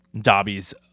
Dobby's